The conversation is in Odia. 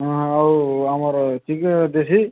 ହଁ ଆଉ ଆମର୍ ଚିକେନ୍ ଦେଶୀ